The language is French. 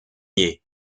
ier